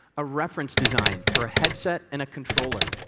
a reference design for headset and controller.